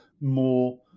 more